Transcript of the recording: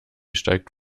steigt